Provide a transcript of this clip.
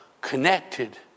connected